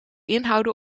inhouden